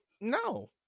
no